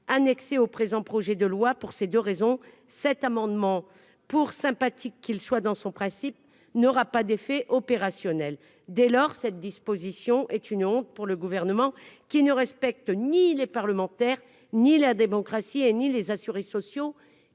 annexée au présent projet de loi pour ces 2 raisons, cet amendement pour sympathique qu'il soit dans son principe n'aura pas d'effets opérationnels dès lors, cette disposition est une honte pour le gouvernement qui ne respectent ni les parlementaires ni la démocratie, et ni les assurés sociaux